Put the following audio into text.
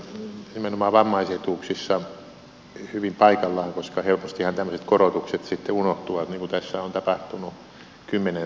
tämmöinen indeksisidonnaisuus on nimenomaan vammaisetuuksissa hyvin paikallaan koska helpostihan tämmöiset korotukset sitten unohtuvat niin kuin tässä on tapahtunut kymmenen vuoden ajan